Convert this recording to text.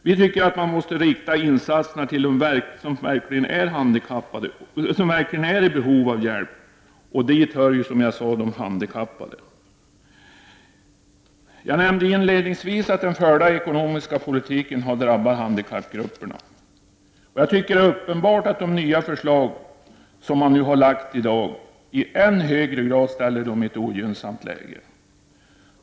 Vi tycker att man måste rikta insatserna till dem som verkligen är i behov av hjälp, och dit hör, som jag sade, de handikappade. Jag nämnde inledningsvis att den förda ekonomiska politiken har drabbat handikappgrupperna. Jag tycker det är uppenbart att de nya förslag som man i dag har lagt fram i än högre grad ställer dem i ett ogynnsamt läge.